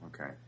Okay